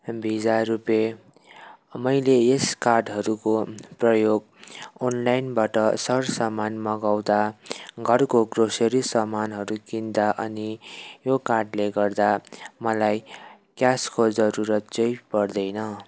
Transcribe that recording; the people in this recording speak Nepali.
भिजा रुपे मैले यस कार्डहरूको प्रयोग अनलाइनबाट सर सामान मगाउँदा घरको ग्रोसेरी सामानहरू किन्दा अनि यो कार्डले गर्दा मलाई क्यासको जरुरत चाहिँ पर्दैन